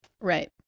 Right